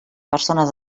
persones